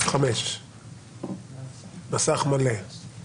זו נקודה שכבר